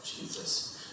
Jesus